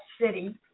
city